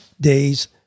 days